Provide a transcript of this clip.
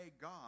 God